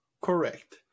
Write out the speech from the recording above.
Correct